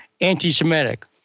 anti-Semitic